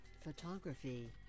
photography